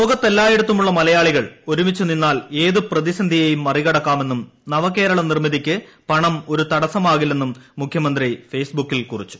ലോകത്തെല്ലായിടത്തുമുള്ള മലയാളികൾ ഒരുമിച്ച് നിന്നാൽ ഏത് പ്രതിസന്ധിയെയും മറികടക്കാമെന്നും നവകേരള നിർമ്മിതിയ്ക്ക് പണം ഒരു തടസ്സമാകില്ലെന്നും മുഖ്യമന്ത്രി ഫേയ്സ് ബുക്കിൽ കുറിച്ചു